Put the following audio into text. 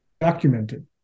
documented